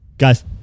Guys